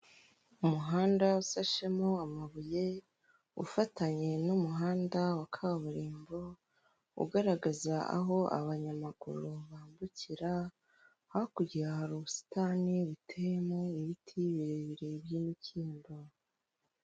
Umuhanda usashemo amabuye ufatanye n'umuhanda wa kaburimbo, ugaragaza aho abanyamaguru bambukira, hakurya hari ubusitani buteyemo ibiti birebire by'imikindo.